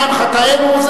מהם חטאינו?